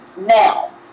Now